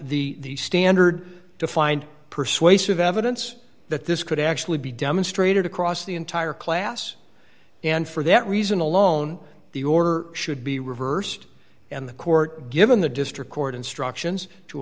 the standard to find persuasive evidence that this could actually be demonstrated across the entire class and for that reason alone the order should be reversed and the court given the district court instructions to